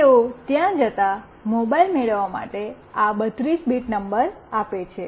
તેઓ ત્યાં જતા મોબાઈલ મેળવવા માટે આ 32 બીટ નંબર આપે છે